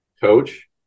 coach